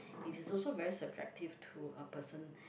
it is also very subjective to a person